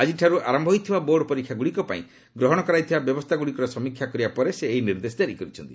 ଆଜିଠାରୁ ଆରନ୍ତ ହୋଇଥିବା ବୋର୍ଡ଼ ପରୀକ୍ଷାଗୁଡ଼ିକ ପାଇଁ ଗ୍ରହଣ କରାଯାଇଥିବା ବ୍ୟବସ୍ଥାଗୁଡ଼ିକର ସମୀକ୍ଷା କରିବା ପରେ ସେ ଏହି ନିର୍ଦ୍ଦେଶ ଜାରି କରିଛନ୍ତି